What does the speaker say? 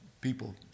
people